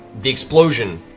the explosion,